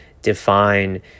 define